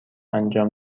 انجام